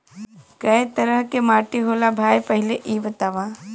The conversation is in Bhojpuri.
कै तरह के माटी होला भाय पहिले इ बतावा?